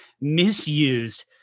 misused